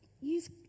use